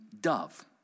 dove